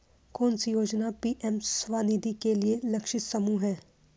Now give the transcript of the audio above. कौन सी योजना पी.एम स्वानिधि के लिए लक्षित समूह है?